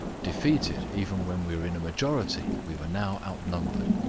defeated even when we were in a majority, we were now outnumbered.